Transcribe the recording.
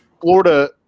Florida